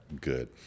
good